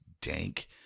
dank